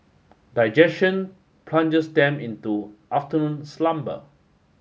digestion plunges them into afternoon slumber